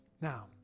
Now